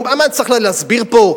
צריך להסביר פה?